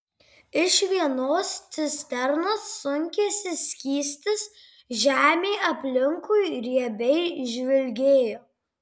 iš vienos cisternos sunkėsi skystis žemė aplinkui riebiai žvilgėjo